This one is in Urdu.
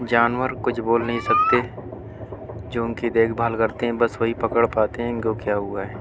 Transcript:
جانور کچھ بول نہیں سکتے جو ان کی دیکھ بھال کرتے ہیں بس وہی پکڑ پاتے ہیں ان کو کیا ہوا ہے